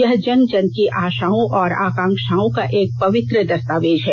यह जन जन की आषाओं और आकांक्षाओं का एक पवित्र दस्तावेज है